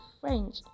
French